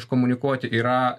iškomunikuoti yra